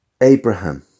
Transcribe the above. Abraham